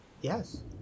yes